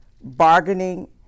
bargaining